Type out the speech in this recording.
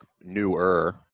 newer